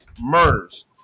Murders